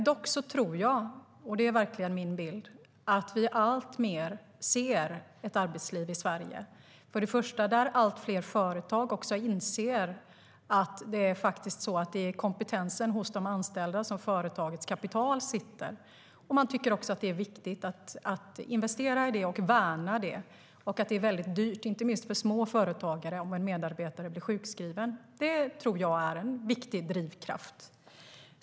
Dock tror jag - och det är verkligen min bild - att vi alltmer ser ett arbetsliv i Sverige där allt fler företag inser att det är i kompetensen hos de anställda som företagets kapital sitter. Man tycker också att det är viktigt att investera i det och värna det. Det är dyrt, inte minst för små företagare, om en medarbetare blir sjukskriven. Det tror jag är en viktig drivkraft.